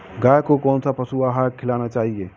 गाय को कौन सा पशु आहार खिलाना चाहिए?